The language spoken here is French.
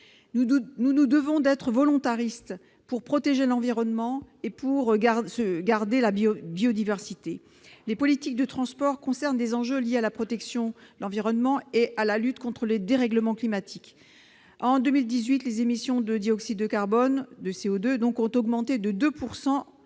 Nous nous devons d'être volontaristes pour protéger l'environnement et conserver la biodiversité. Les politiques de transport sont liées aux enjeux de la protection de l'environnement et de la lutte contre le dérèglement climatique. En 2018, les émissions de dioxyde de carbone, de CO2, donc, ont augmenté de 2